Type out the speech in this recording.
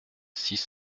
six